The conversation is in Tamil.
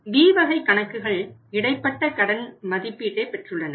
B வகை கணக்குகள் இடைப்பட்ட கடன் மதிப்பீட்டை பெற்றுள்ளனர்